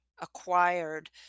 acquired